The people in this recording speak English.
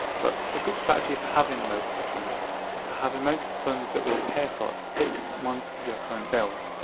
but a good strategy for having an emergency fund is to have an emergency fund that will pay for six months of your current bills.